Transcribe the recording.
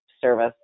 service